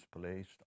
placed